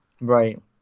right